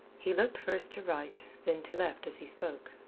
he looked first to right, then to left as he spoke,